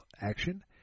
action